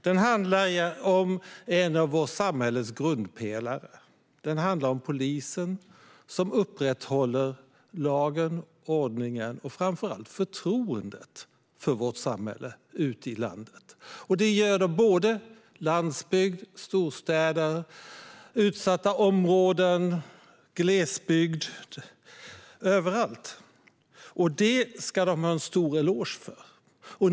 Den handlar om en av vårt samhälles grundpelare, om polisen som upprätthåller lagen, ordningen och framför allt förtroendet för vårt samhälle ute i landet. Debatten gäller landsbygd, storstäder, utsatta områden och glesbygd. Polisen finns överallt, och det ska polisen ha en stor eloge för.